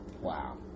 Wow